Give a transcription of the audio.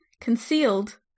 concealed